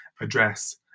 address